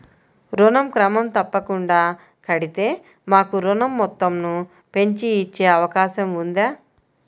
ఋణం క్రమం తప్పకుండా కడితే మాకు ఋణం మొత్తంను పెంచి ఇచ్చే అవకాశం ఉందా?